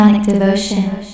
devotion